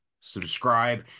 subscribe